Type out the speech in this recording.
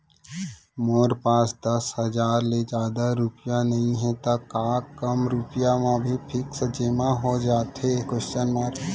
मोर पास दस हजार ले जादा रुपिया नइहे त का कम रुपिया म भी फिक्स जेमा हो जाथे?